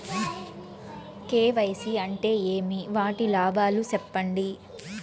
KYC అంటే ఏమి? వాటి లాభాలు సెప్పండి?